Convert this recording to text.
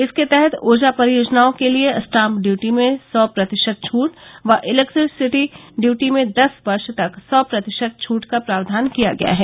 इसके तहत ऊर्जा परियोजनाओं के लिए स्टांप ड्यूटी में सौ प्रतिशत छूट व इलेक्ट्रिसिटी ड्यूटी में दस वर्ष तक सौ प्रतिशत छूट का प्रावधान किया गया है